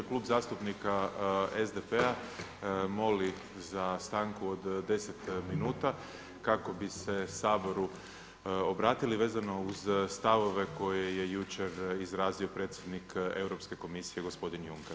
Klub zastupnika SDP-a moli za stanku od deset minuta kako bi se Saboru obratili vezano uz stavove koje je jučer izrazio predsjednik Europske komisije gospodin Juncker.